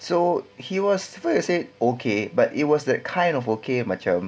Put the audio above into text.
so he was first I said okay but it was that kind of okay macam